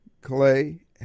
Clay